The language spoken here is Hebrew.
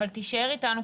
אבל תישאר איתנו,